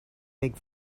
big